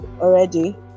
already